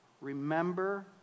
remember